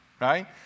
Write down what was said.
right